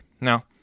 Now